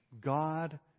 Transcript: God